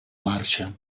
marxa